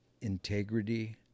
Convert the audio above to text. integrity